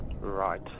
Right